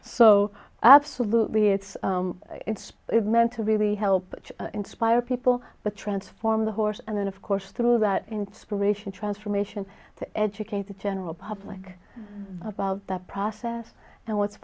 so absolutely it's it's meant to really help inspire people but transform the horse and then of course through that inspiration transformation to educate the general public about that process and what's